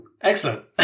Excellent